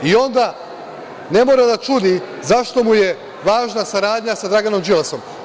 I onda ne mora da čudi zašto mu je važna saradnja sa Draganom Đilasom.